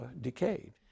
decayed